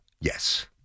Yes